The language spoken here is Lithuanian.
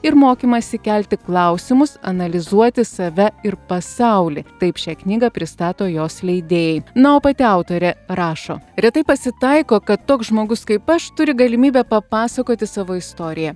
ir mokymąsi kelti klausimus analizuoti save ir pasaulį taip šią knygą pristato jos leidėjai na o pati autorė rašo retai pasitaiko kad toks žmogus kaip aš turi galimybę papasakoti savo istoriją